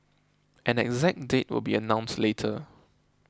an exact date will be announced later